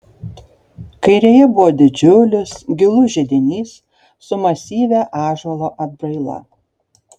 kairėje buvo didžiulis gilus židinys su masyvia ąžuolo atbraila